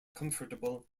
comfortable